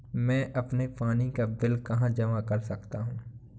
मैं अपने पानी का बिल कहाँ जमा कर सकता हूँ?